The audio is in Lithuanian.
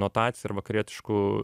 notacija ir vakarietišku